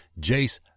Jace